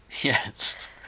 Yes